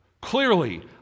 Clearly